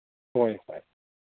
ꯍꯣꯏ ꯍꯣꯏ